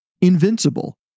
invincible